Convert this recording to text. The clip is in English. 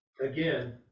again